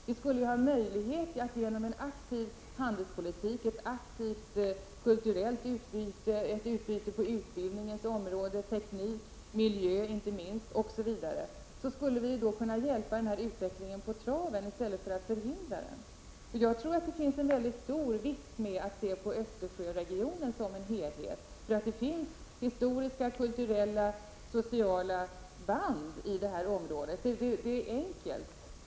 Vi skulle ha möjlighet att genom en aktiv handelspolitik, ett aktivt kulturellt utbyte, ett utbyte på utbildningsområdet, teknik, miljö inte minst osv., hjälpa denna utveckling på traven i stället för att förhindra den. Jag tror det finns en mycket stor vits med att se på Östersjöregionen som en helhet. För det finns historiska, kulturella och sociala band på detta område. Det är enkelt.